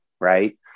Right